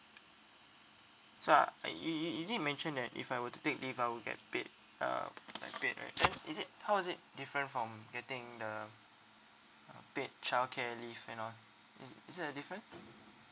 so I uh you you you did mention that if I were to take leave I would get paid uh I'm paid right then is it how is it different from getting the uh paid childcare leave you know is is there a difference